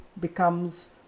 becomes